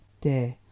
Dear